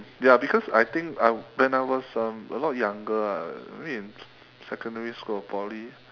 ya because I think uh when I was um a lot younger ah maybe in secondary school or poly